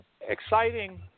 exciting